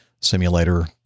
simulator